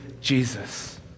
Jesus